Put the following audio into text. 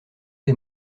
des